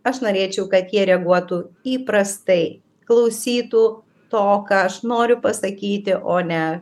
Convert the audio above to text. aš norėčiau kad jie reaguotų įprastai klausytų to ką aš noriu pasakyti o ne